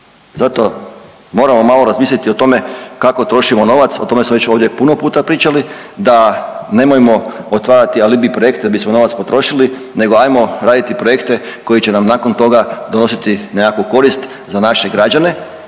Zato moramo malo razmisliti o tome kako trošimo novac. O tome smo ovdje već puno puta pričali da nemojmo otvarati alibi projekte da bismo novac potrošili, nego hajmo raditi projekte koji će nam nakon toga donositi nekakvu korist za naše građane